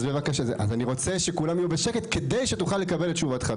אז אני רוצה שכולם יהיו בשקט כדי שתוכל לקבל את תשובתך.